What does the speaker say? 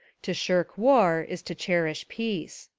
to shirk war is to cher ish peace.